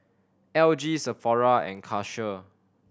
L G Sephora and Karcher